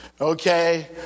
Okay